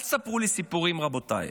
אל תספרו לי סיפורים, רבותיי,